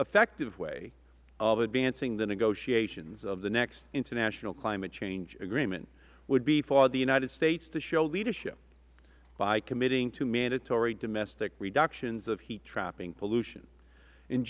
effective way of advancing the negotiations of the next international climate change agreement would be for the united states to show leadership by committing to mandatory domestic reductions of heat trapping pollution in